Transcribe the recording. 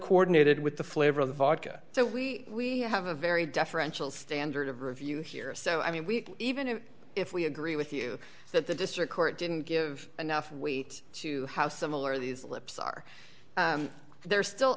coordinated with the flavor of vodka so we we have a very deferential standard of review here so i mean we even if we agree with you that the district court didn't give enough weight to how similar these lips are there are still